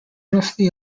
roughly